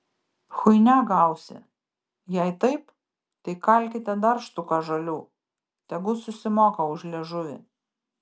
chuinia gausi jei taip tai kalkite dar štuką žalių tegu susimoka už liežuvį